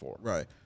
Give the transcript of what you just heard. Right